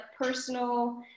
personal